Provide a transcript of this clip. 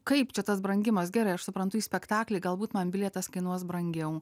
kaip čia tas brangimas gerai aš suprantu į spektaklį galbūt man bilietas kainuos brangiau